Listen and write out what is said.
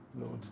Lord